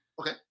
Okay